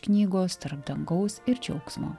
knygos tarp dangaus ir džiaugsmo